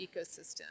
ecosystem